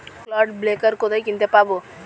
Clod breaker কোথায় কিনতে পাব?